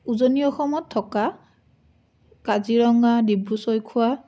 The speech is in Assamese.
উজনি অসমত থকা কাজিৰঙা ডিব্ৰু ছৈখোৱা